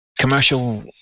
Commercial